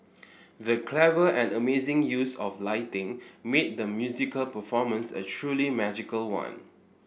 the clever and amazing use of lighting made the musical performance a truly magical one